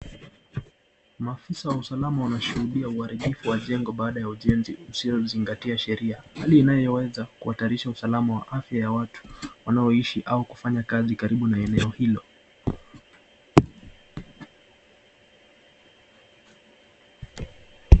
Maafisa wa usalama wanashuhudia uharibifu wa jengo baada ya ujenzi usiozingatia sheria. Hali hiyo inaweza kuhatarisha afya na usalama wa watu wanaoishi au kufanya kazi karibu na eneo hilo.